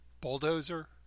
bulldozer